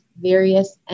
various